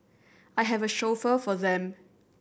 I have a chauffeur for them